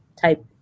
type